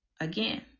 Again